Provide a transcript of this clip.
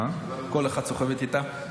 כל אחת סוחבת איתה,